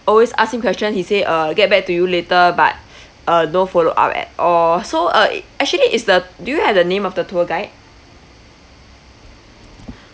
always ask him question he say uh get back to you later but uh no follow up at all so uh actually is the do you have the name of the tour guide